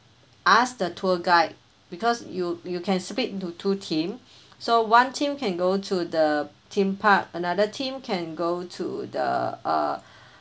ask the tour guide because you you can split into two team so one team can go to the theme park another team can go to the uh